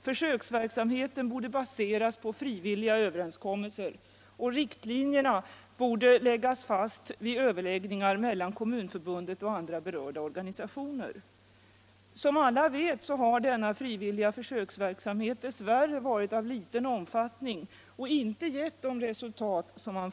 Försöksverksamheten borde baseras på frivilliga överenskommelser. Riktlinjerna borde läggas fast vid överläggningar mellan kommunförbundet och andra berörda organisationer. Som alla vet har denna frivilliga försöksverksamhet dess värre varit av liten omfattning och inte gett de resultat man förutsatte.